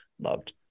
loved